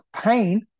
pain